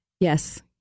Yes